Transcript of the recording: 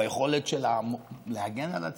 ביכולת שלה להגן על עצמה.